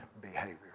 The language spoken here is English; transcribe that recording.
behavior